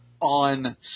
On